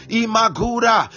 imagura